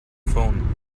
phone